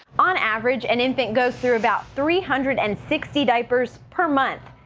on average, an infant goes through about three hundred and sixty diapers per month.